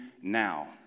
Now